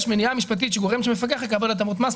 מניעה משפטית שגורם שמפקח יקבל הטבות מס.